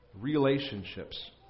relationships